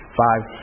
five